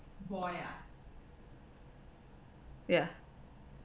ya